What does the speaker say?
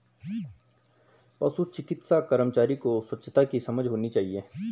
पशु चिकित्सा कर्मचारी को स्वच्छता की समझ होनी चाहिए